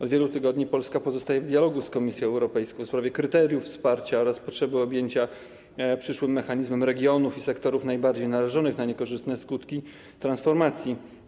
Od wielu tygodni Polska pozostaje w dialogu z Komisją Europejską w sprawie kryteriów wsparcia oraz potrzeby objęcia przyszłym mechanizmem regionów i sektorów najbardziej narażonych na niekorzystne skutki transformacji.